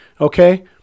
Okay